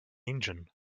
engine